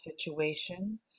situation